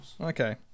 Okay